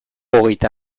hogeita